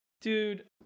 dude